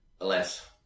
Less